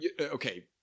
Okay